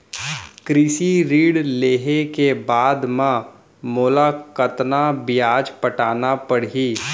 कृषि ऋण लेहे के बाद म मोला कतना ब्याज पटाना पड़ही?